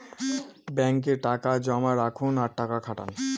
ব্যাঙ্কে টাকা জমা রাখুন আর টাকা খাটান